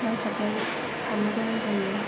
नांथाबनानै थानो गोनां जायो